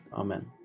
amen